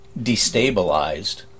destabilized